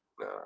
no